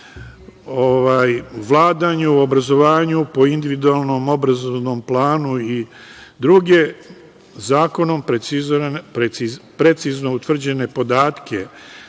vladanju, obrazovanju po individualnom obrazovnom planu i druge zakonom precizno utvrđene podatke.S